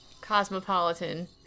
cosmopolitan